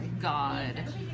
God